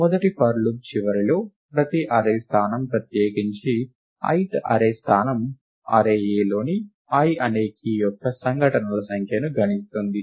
మొదటి for loop చివరిలో ప్రతి అర్రే స్థానం ప్రత్యేకించి i th అర్రే స్థానం అర్రే Aలోని i అనే కీ యొక్క సంఘటనల సంఖ్యను గణిస్తుంది